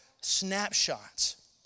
snapshots